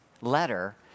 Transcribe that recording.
letter